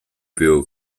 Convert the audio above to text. phil